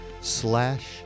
slash